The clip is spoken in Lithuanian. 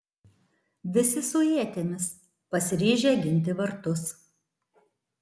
visi su ietimis pasiryžę ginti vartus